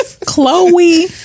Chloe